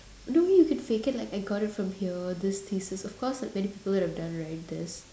no you can just fake it like I got it from here this thesis of course like many people would have done right this